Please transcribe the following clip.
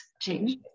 change